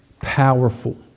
powerful